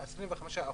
25%,